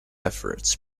efforts